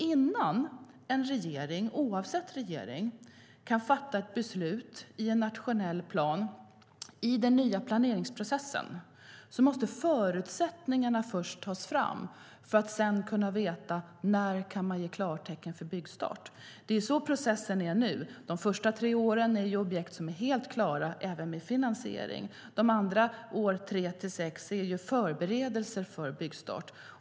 Innan en regering, vilken som helst, kan fatta ett beslut i en nationell plan i den nya planeringsprocessen måste förutsättningarna först tas fram. Först efter det kan man veta när man kan ge klartecken för byggstart. Det är sådan processen är nu. De första tre åren är det objekt som är helt klara, även med finansiering. År tre till sex är det förberedelser för byggstart.